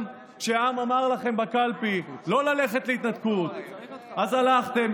גם כשהעם אמר לכם בקלפי לא ללכת להתנתקות אז הלכתם,